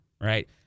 right